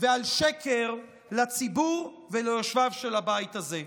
ועל שקר לציבור וליושביו של הבית הזה.